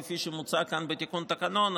כפי שמוצע כאן בתיקון התקנון,